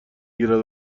گیرد